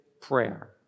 prayer